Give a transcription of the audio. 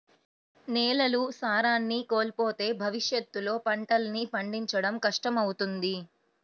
నేలలు సారాన్ని కోల్పోతే భవిష్యత్తులో పంటల్ని పండించడం కష్టమవుతుంది